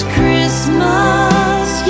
Christmas